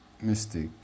mystic